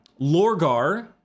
Lorgar